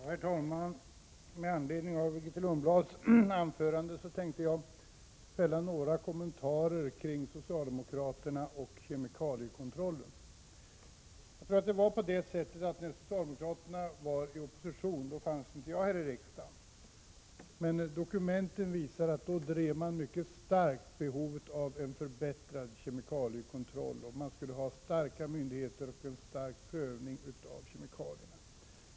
Herr talman! Med anledning av Grethe Lundblads anförande tänkte jag fälla några kommentarer om socialdemokraterna och kemikaliekontrollen. När socialdemokraterna var i opposition fanns inte jag här i riksdagen, men dokumenten visar att då drev de mycket starkt behovet av en förbättrad kemikaliekontroll. Man skulle ha starka myndigheter och en ingående prövning av kemikalierna.